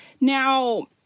Now